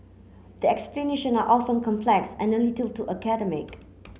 the explanation are often complex and a little too academic